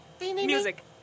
Music